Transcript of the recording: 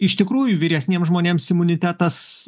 iš tikrųjų vyresniem žmonėms imunitetas